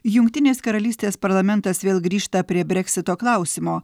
jungtinės karalystės parlamentas vėl grįžta prie breksito klausimo